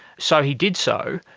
so he did so,